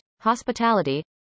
hospitality